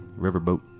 Riverboat